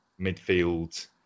midfield